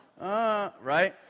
right